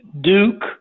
Duke